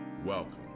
Welcome